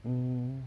mm